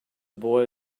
boy